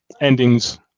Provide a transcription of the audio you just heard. endings